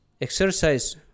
Exercise